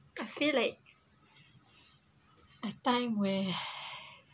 I feel like a time where